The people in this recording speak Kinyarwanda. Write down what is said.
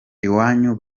iwanyu